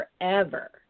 forever